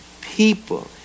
people